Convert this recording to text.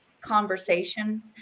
conversation